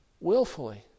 willfully